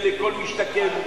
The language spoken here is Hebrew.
למה לא עשיתם את זה לכל משתכן?